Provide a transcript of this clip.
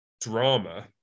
drama